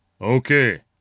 Okay